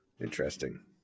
Interesting